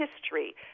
history